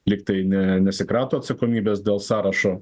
lyg tai ne nesikrato atsakomybės dėl sąrašo